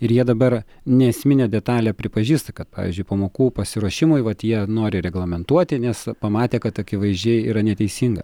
ir jie dabar neesminę detalę pripažįsta kad pavyzdžiui pamokų pasiruošimui vat jie nori reglamentuoti nes pamatė kad akivaizdžiai yra neteisinga